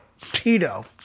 Tito